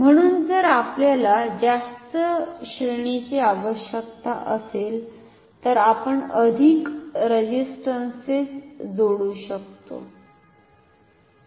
म्हणून जर आपल्याला जास्त श्रेणीची आवश्यकता असेल तर आपण अधिक रेझिस्टंसेस जोडु शकतो